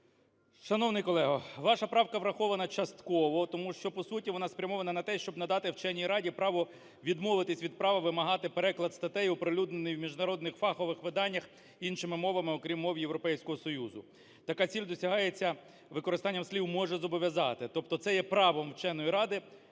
Шановний колего, ваша правка врахована частково, тому що, по суті вона спрямована на те, щоб надати вченій раді право відмовитися від права вимагати переклад статей, оприлюднених у міжнародних фахових виданнях іншими мовами, окрім мов Європейського Союзу. Така ціль досягається використанням слів "може зобов'язати". Тобто це є правом вченої ради,